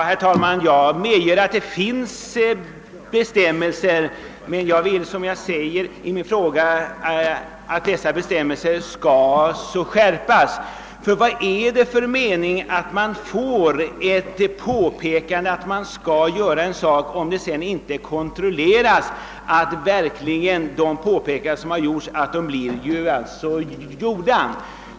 Herr talman! Jag medger att det finns bestämmelser men jag vill att dessa bestämmelser skall skärpas. Vad är det för mening att få ett påpekande om att man skall göra en sak, om det sedan inte kontrolleras att påpekandet verkligen leder till någon åtgärd?